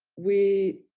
we